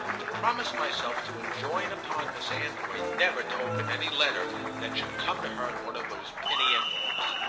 to promise myself to enjoin upon miss anvoy never to open any letter that should come to her in one of those penny envelopes.